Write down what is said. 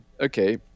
okay